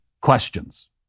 questions